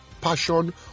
passion